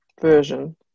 version